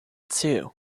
too